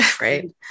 right